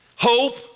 Hope